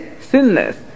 Sinless